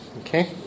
Okay